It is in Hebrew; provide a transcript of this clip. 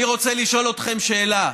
אני רוצה לשאול אתכם שאלה: